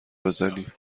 بزنی